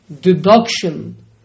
deduction